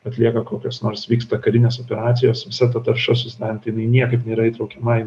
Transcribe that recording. atlieka kokias nors vyksta karinės operacijos visa ta tarša susidaranti jinai niekaip nėra įtraukiama į